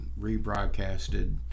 rebroadcasted